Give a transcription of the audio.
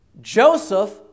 Joseph